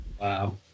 Wow